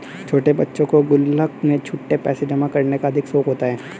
छोटे बच्चों को गुल्लक में छुट्टे पैसे जमा करने का अधिक शौक होता है